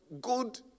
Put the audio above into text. good